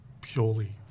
purely